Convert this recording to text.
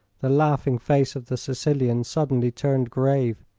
the laughing face of the sicilian suddenly turned grave.